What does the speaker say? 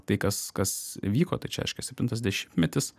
tai kas kas vyko tai čia reiškia septintas dešimtmetis